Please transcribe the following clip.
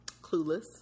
Clueless